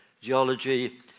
geology